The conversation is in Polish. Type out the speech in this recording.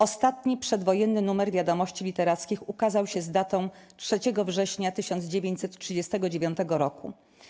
Ostatni przedwojenny numer 'Wiadomości Literackich' ukazał się z datą 3 września 1939 roku.